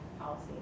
policy